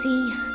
See